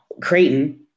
Creighton